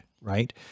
right